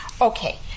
Okay